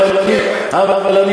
על הוועדה שאתה דיברת.